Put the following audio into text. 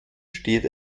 steht